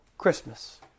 christmas